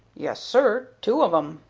yes, sir, two of em.